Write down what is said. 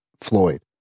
Floyd